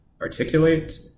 articulate